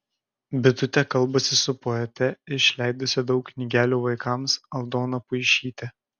bitutė kalbasi su poete išleidusia daug knygelių vaikams aldona puišyte